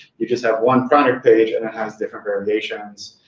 you just have one product page, and it has different variations,